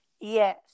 Yes